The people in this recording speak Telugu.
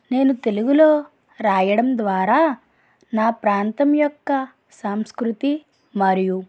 నేను తెలుగులో వ్రాయడం ద్వారా నా ప్రాంతం యొక్క సాంస్కృతి మరియు